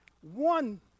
One